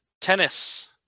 tennis